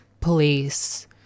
police